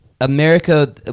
America